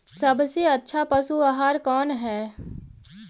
सबसे अच्छा पशु आहार कौन है?